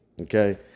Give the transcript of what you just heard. okay